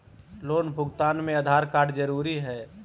Loan भुगतान में Aadhaar card जरूरी है?